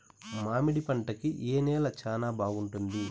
మామిడి పంట కి ఏ నేల చానా బాగుంటుంది